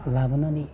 लाबोनानै